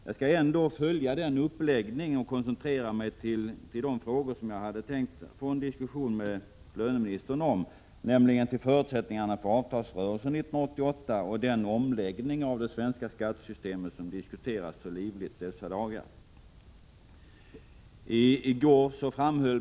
Jag skall ändå följa min planerade uppläggning av anförandet och koncentrera mig på de frågor jag hade tänkt att diskutera med löneministern, dvs. förutsättningarna för avtalsrörelsen 1988 och omläggningen av det svenska skattesystemet som diskuterats så livligt dessa dagar.